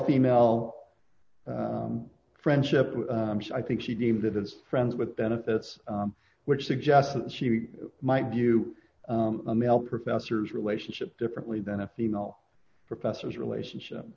female friendship i think she deemed it as friends with benefits which suggests that she might view a male professor's relationship differently than a female professor's relationship